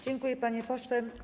Dziękuję, panie pośle.